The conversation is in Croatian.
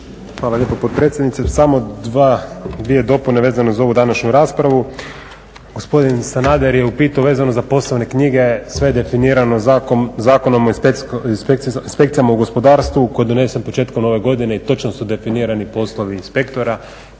Hvala lijepo potpredsjednice. Samo dva, dvije dopune vezano za ovu današnju raspravu. Gospodin Sanader je upitao vezano za poslovne knjige sve definirano Zakonom o inspekcijama u gospodarstvu koji je donesen početkom ove godine i točno su definirani poslovi inspektora